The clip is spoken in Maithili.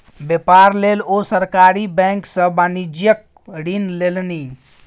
बेपार लेल ओ सरकारी बैंक सँ वाणिज्यिक ऋण लेलनि